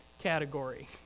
category